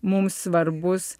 mums svarbus